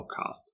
Podcast